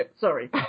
Sorry